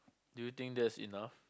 do you think that's enough